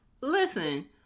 listen